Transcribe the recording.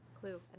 Clue